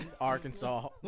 Arkansas